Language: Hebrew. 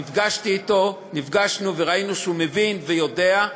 נפגשנו אתו וראינו שהוא מבין ויודע.